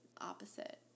opposite